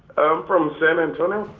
from san antonio.